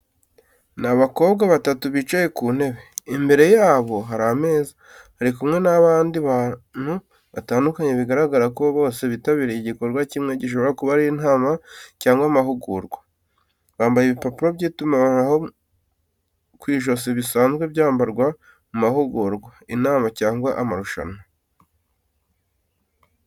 Ni abakobwa batatu bicaye ku ntebe, imbere yabo hari ameza, bari kumwe n’abandi bantu batandukanye bigaragara ko bose bitabiriye igikorwa kimwe gishobora kuba ari inama cyangwa amahugurwa. Bambaye ibipapuro by’itumanaho ku ijosi bisanzwe byambarwa mu mahugurwa, inama, cyangwa amarushanwa.